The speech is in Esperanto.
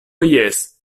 jes